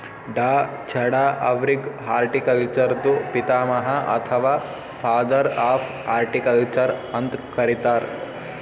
ಡಾ.ಚಢಾ ಅವ್ರಿಗ್ ಹಾರ್ಟಿಕಲ್ಚರ್ದು ಪಿತಾಮಹ ಅಥವಾ ಫಾದರ್ ಆಫ್ ಹಾರ್ಟಿಕಲ್ಚರ್ ಅಂತ್ ಕರಿತಾರ್